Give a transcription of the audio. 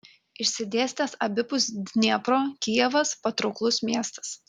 išsidėstęs abipus dniepro kijevas patrauklus miestas